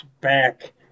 back